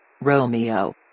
Romeo